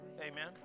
Amen